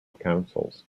councils